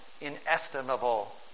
inestimable